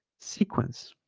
sequence